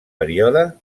període